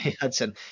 Hudson